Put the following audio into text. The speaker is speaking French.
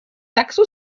taxe